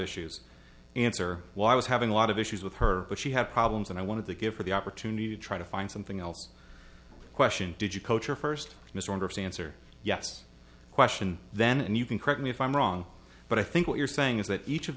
issues answer while i was having a lot of issues with her but she had problems and i wanted to give her the opportunity to try to find something else question did you coach or first mr anderson answer yes question then and you can correct me if i'm wrong but i think what you're saying is that each of